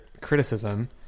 criticism